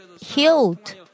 healed